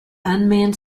unmanned